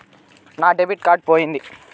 నా debit card పోయింది